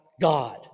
God